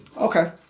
Okay